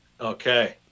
Okay